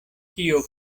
kio